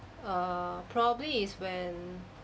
err probably is when